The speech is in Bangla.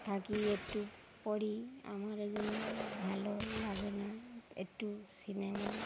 থাকি একটু পড়ি আমার এগুলো ভালো লাগে না একটু সিনেমা